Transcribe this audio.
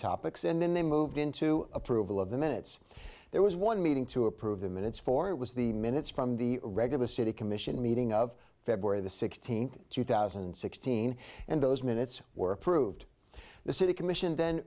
topics and then they moved into approval of the minutes there was one meeting to approve the minutes for it was the minutes from the regular city commission meeting of february the sixteenth two thousand and sixteen and those minutes were approved the city commission then